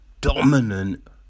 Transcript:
dominant